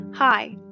Hi